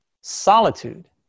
solitude